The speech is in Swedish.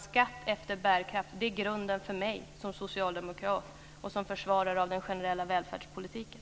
Skatt efter bärkraft är grunden för mig som socialdemokrat och försvarare av den generella välfärdspolitiken.